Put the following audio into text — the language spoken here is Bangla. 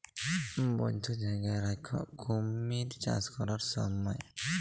বধ্য জায়গায় রাখ্যে কুমির চাষ ক্যরার স্যময়